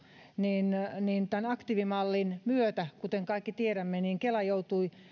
niin niin tämän aktiivimallin myötä kuten kaikki tiedämme kela joutui